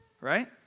right